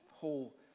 whole